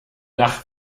nach